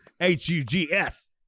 h-u-g-s